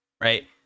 right